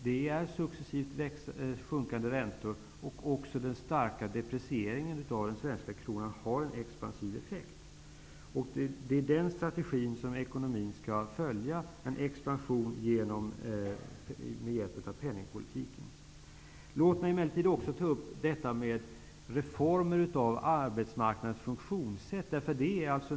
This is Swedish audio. Det är successivt sjunkande räntor, och också den starka deprecieringen av den svenska kronan har expansiva effekter. Det är den strategin som ekonomin skall följa -- expansion med hjälp av penningpolitiken. Låt mig emellertid också ta upp detta med reformer av arbetsmarknadens funktionssätt.